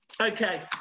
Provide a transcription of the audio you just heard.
Okay